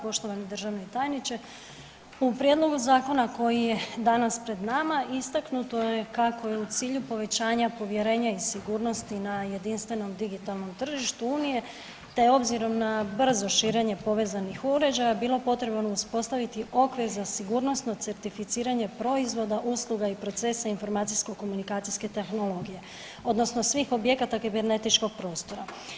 Poštovani državni tajniče, u prijedlogu zakona koji je danas pred nama istaknuto je kako je u cilju povećanje povjerenja i sigurnosti na jedinstvenom digitalnom tržištu Unije te obzirom na brzo širenje povezanih uređaja bilo potrebno uspostaviti okvir za sigurnosno certificiranje proizvoda, usluga i procesa informacijsko-komunikacijske tehnologije odnosno svih objekata kibernetičkog prostora.